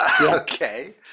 okay